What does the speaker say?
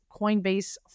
Coinbase